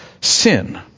sin